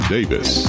Davis